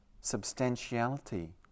substantiality